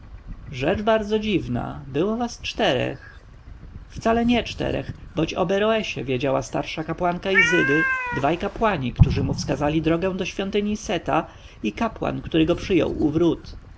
rzecz bardzo dziwna było was czterech wcale nie czterech boć o beroesie wiedziała starsza kapłanka izydy dwaj kapłani którzy mu wskazali drogę do świątyni seta i kapłan który go przyjął u wrót